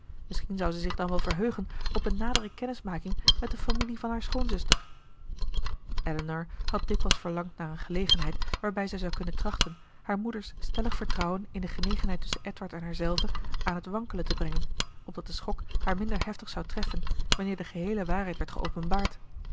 misschien zou ze zich dan wel verheugen op een nadere kennismaking met de familie van haar schoonzuster elinor had dikwijls verlangd naar eene gelegenheid waarbij zij zou kunnen trachten haar moeder's stellig vertrouwen in de genegenheid tusschen edward en haarzelve aan het wankelen te brengen opdat de schok haar minder hevig zou treffen wanneer de geheele waarheid werd